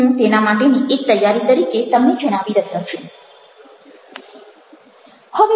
હું તેના માટેની એક તૈયારી તરીકે તમને જણાવી રહ્યો છું